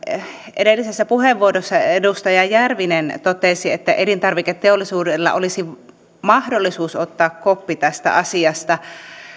edellisessä puheenvuorossa edustaja järvinen totesi että elintarviketeollisuudella olisi mahdollisuus ottaa koppi tästä asiasta